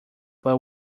but